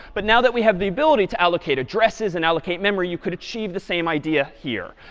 but now that we have the ability to allocate addresses and allocate memory, you could achieve the same idea here.